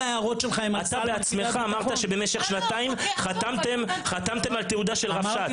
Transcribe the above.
אתה בעצמך אמרת שבמשך שנתיים חתמתם על תעודה של רבש"ץ,